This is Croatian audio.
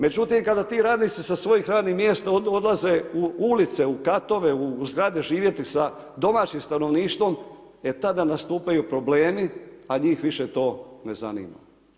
Međutim, kada ti radnici sa svojih radnih mjesta odlaze u ulice, u katove, u zgrade živjeti, sa domaćim stanovništvom, e tada nastupaju problemi, a njih više to ne zanima.